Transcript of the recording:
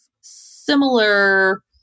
similar